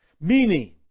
Meaning